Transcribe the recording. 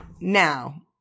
now